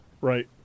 right